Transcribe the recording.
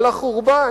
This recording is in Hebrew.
על החורבן,